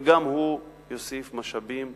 וגם הוא יוסיף משאבים